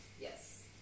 Yes